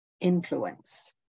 influence